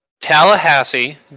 Tallahassee